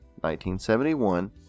1971